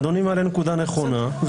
אדוני מעלה נקודה נכונה,